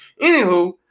anywho